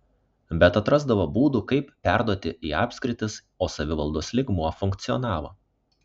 bet atrasdavo būdų kaip perduoti į apskritis o savivaldos lygmuo funkcionavo